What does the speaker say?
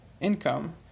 income